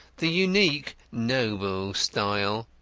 the unique noble style.